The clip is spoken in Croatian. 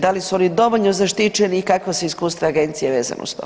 Da li su oni dovoljno zaštićeni i kakva su iskustva agencije vezano uz to?